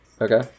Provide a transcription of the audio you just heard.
Okay